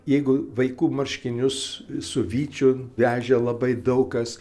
jeigu vaikų marškinius su vyčiu vežė labai daug kas